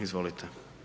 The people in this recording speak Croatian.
Izvolite.